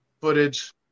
footage